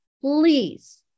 please